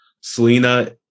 selena